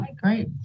Great